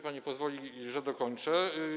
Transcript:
Pani pozwoli, że dokończę.